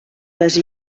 les